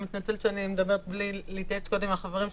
אני מתנצלת שאני מדברת בלי להתייעץ קודם עם החברים שלי,